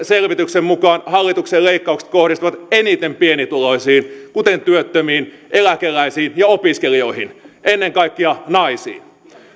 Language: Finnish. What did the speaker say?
selvityksen mukaan hallituksen leikkaukset kohdistuvat eniten pienituloisiin kuten työttömiin eläkeläisiin ja opiskelijoihin ennen kaikkea naisiin